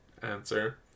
answer